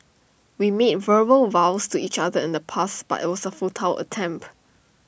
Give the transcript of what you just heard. we meet verbal vows to each other in the past but IT was A futile attempt